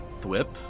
Thwip